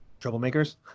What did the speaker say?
Troublemakers